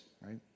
right